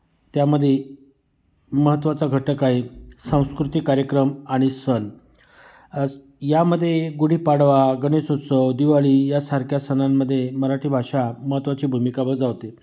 त्यामध्ये महत्त्वाचा घटक आहे सांस्कृतिक कार्यक्रम आणि सण यामध्ये गुढीपाडवा गणेशोत्सव दिवाळी यासारख्या सणांमध्ये मराठी भाषा महत्त्वाची भूमिका बजावते